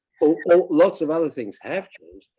so lots of other things have changed,